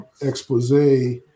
expose